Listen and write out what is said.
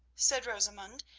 said rosamund,